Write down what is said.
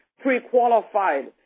pre-qualified